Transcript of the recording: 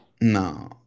No